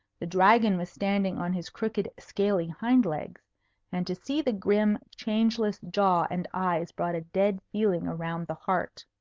the dragon was standing on his crooked scaly hind-legs and to see the grim, changeless jaw and eyes brought a dead feeling around the heart.